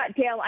Dale